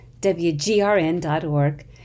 WGRN.org